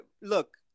look